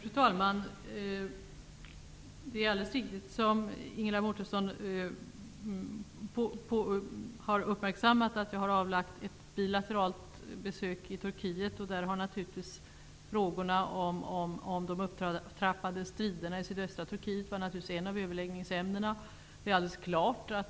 Fru talman! Det är alldeles riktigt att jag har avlagt ett bilateralt besök i Turkiet. De upptrappade striderna i sydöstra Turkiet var naturligtvis ett av överläggningsämnena.